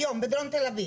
היום, בדרום תל אביב.